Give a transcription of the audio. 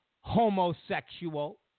homosexual